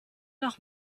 noch